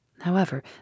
However